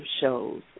shows